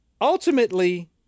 ultimately